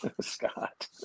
Scott